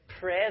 pray